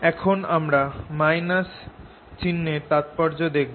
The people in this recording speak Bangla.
এখন আমরা - চিহ্নর তাৎপর্য দেখব